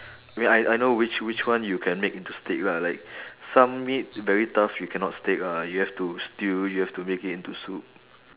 I mean I I know which which one you can make into steak lah like some meat very tough you cannot steak ah you have to stew you have to make it into soup